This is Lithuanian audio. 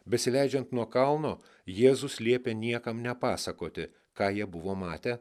besileidžiant nuo kalno jėzus liepė niekam nepasakoti ką jie buvo matę